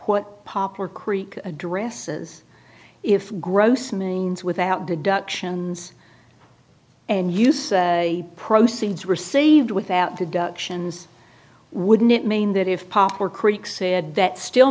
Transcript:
what popper creek addresses if gross means without deductions and you say proceeds received without deductions wouldn't mean that if pop were creeks that still